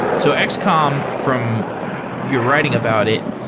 so and xcom, from your writing about it,